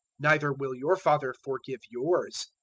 neither will your father forgive yours.